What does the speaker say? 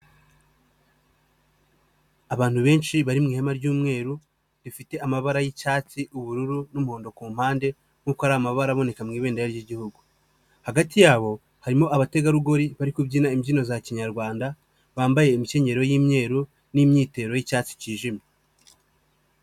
Abantu benshi bari mu ihema ry'umweru rifite amabara y'icyatsi, ubururu n'umuhondo kumpande. Nkuko ari amabara aboneka mu ibendera ry'Igihugu. Hagati yabo harimo abategarugori bari kubyina imbyino za kinyarwanda. Bambaye imikenyero y'imyeru n'imyitero y'icyatsi kijimye.